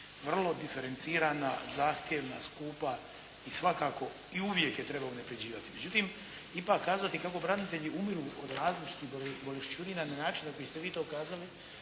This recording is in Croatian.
vrlo diferencirana, zahtjevna, skupa i svakako i uvijek je treba unaprjeđivati. Međutim, ipak kazati kako branitelji umiru od različitih boleščurina na način na koji ste vi to kazali